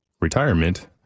retirement